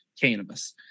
cannabis